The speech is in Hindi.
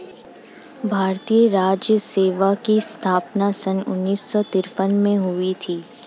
भारतीय राजस्व सेवा की स्थापना सन उन्नीस सौ तिरपन में हुई थी